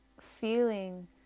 feeling